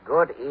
Good